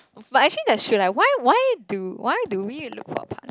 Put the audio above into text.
but actually that's true leh why why do why do we look for our partner